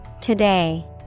Today